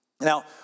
Now